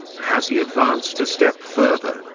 has he advanced a step further,